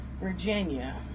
Virginia